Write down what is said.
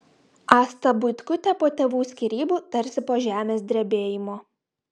asta buitkutė po tėvų skyrybų tarsi po žemės drebėjimo